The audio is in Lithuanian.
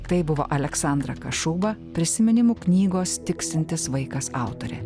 tai buvo aleksandra kašuba prisiminimų knygos tiksintis vaikas autorė